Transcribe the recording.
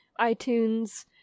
iTunes